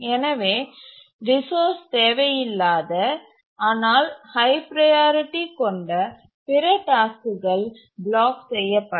எனவே ரிசோர்ஸ் தேவையில்லாத ஆனால் ஹய் ப்ரையாரிட்டி கொண்ட பிற டாஸ்க்குகள் பிளாக் செய்யப்படும்